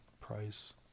price